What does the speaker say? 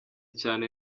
cyane